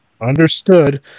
understood